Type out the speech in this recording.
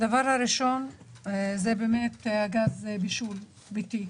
הדבר הראשון הוא גז הבישול הביתי.